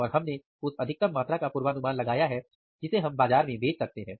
और हमने उस अधिकतम मात्रा का पूर्वानुमान लगाया है जिसे हम बाजार में बेच सकते हैं